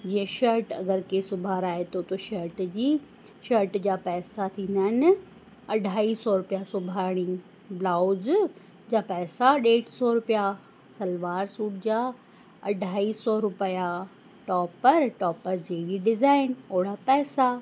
जीअं शर्ट अगरि कंहिं सिबाराए थो थो शर्ट जी शर्ट जा पैसा थींदा आहिनि अढाई सौ रुपया सिबाइणी ब्लाउज़ जा पैसा ॾेढ सौ रुपया सलवार सूट जा अढाई सौ रुपया टॉपर टॉपर जहिड़ी डिज़ाइन ओहिड़ा पैसा